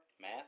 Math